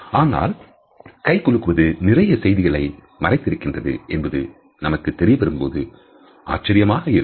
ஆனால் கைகுலுக்குவது நிறைய செய்திகள் மறைந்திருக்கின்றது என்பது நமக்கு தெரியவரும் போது ஆச்சரியமாக இருக்கும்